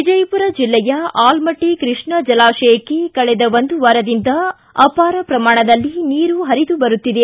ವಿಜಯಪುರ ಜಿಲ್ಲೆಯ ಆಲಮಟ್ಟಿ ಕೃಷ್ಣಾ ಜಲಾಶಯಕ್ಕೆ ಕಳೆದ ಒಂದು ವಾರದಿಂದ ಅಪಾರ ಪ್ರಮಾಣದಲ್ಲಿ ನೀರು ಪರಿದು ಬರುತ್ತಿದೆ